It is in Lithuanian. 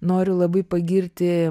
noriu labai pagirti